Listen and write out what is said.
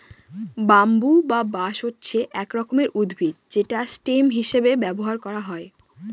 bamboo বা বাঁশ হচ্ছে এক রকমের উদ্ভিদ যেটা স্টেম হিসেবে ব্যবহার করা হয়